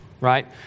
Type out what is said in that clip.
right